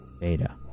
beta